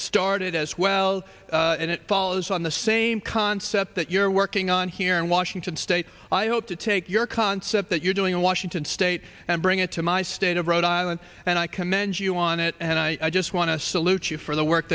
started as well and it follows on the same concept that you're working on here in washington state i hope to take your concept that you're doing in washington state and bring it to my state of rhode island and i commend you on it and i just want to salute you for the work